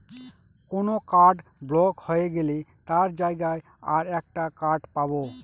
কোন card block হয়ে গেলে তার জায়গায় আর একটা কার্ড পাবো